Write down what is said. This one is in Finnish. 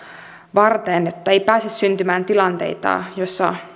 varten että ei pääse syntymään tilanteita joissa